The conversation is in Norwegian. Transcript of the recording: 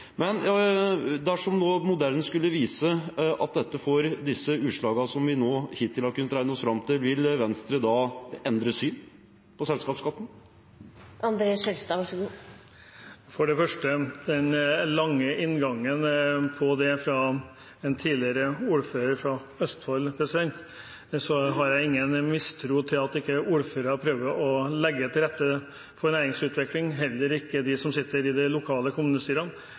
Men dersom nå modellen skulle vise at dette får disse utslagene, som vi hittil har kunnet regne oss fram til, vil Venstre da endre syn på selskapsskatten? For det første: Ut fra den lange inngangen til dette fra en tidligere ordfører fra Østfold har jeg ingen mistro til at ordførere ikke prøver å legge til rette for næringsutvikling, heller ikke de som sitter i de lokale kommunestyrene.